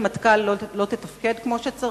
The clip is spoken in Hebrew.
שוו בנפשכם שסיירת מטכ"ל לא תתפקד כמו שצריך,